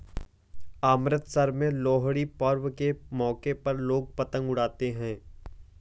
अमृतसर में लोहड़ी पर्व के मौके पर लोग पतंग उड़ाते है